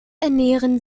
ernähren